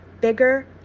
bigger